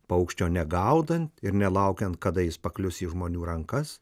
paukščio negaudant ir nelaukiant kada jis paklius į žmonių rankas